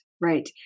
right